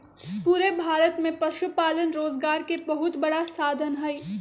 पूरे भारत में पशुपालन रोजगार के बहुत बड़ा साधन हई